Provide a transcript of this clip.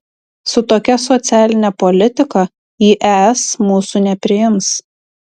su tokia socialine politika į es mūsų nepriims